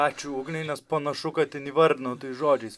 ačiū ugnei nes panašu kad jin įvardino tais žodžiais